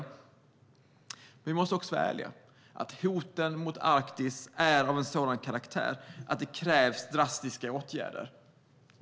Men vi måste också vara ärliga: Hoten mot Arktis är av en sådan karaktär att det krävs drastiska åtgärder.